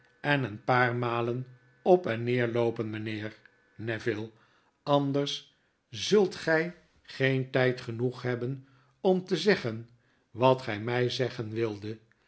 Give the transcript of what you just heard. en een paar malen op en neer loopen mynheer neville anders zult gy geen tyd genoeg hebben om te zeggen wat gij mij zeggen wildet